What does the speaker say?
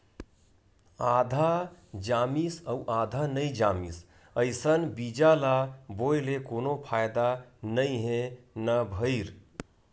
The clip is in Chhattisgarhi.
आधा जामिस अउ आधा नइ जामिस अइसन बीजा ल बोए ले कोनो फायदा नइ हे न भईर